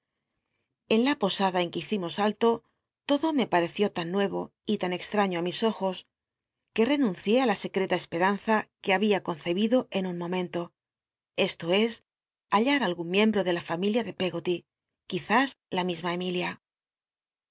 en la posada en que hici mos allo lodo me pareció lan nuevo y tan extra lío á mis ojos que renuncié ü la secreta espcmnza que babia concebido en un neomento esto es hallar algun miembro de la fami lia de peggoty tu iz is la misma emilia